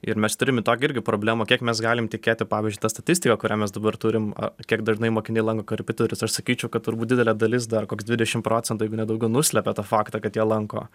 ir mes turim tokią irgi problemą kiek mes galim tikėti pavyzdžiui ta statistika kurią mes dabar turim kiek dažnai mokiniai lanko korepetitorius aš sakyčiau kad turbūt didelė dalis dar koks dvidešimt procentų daugiau nuslepia tą faktą kad jie lanko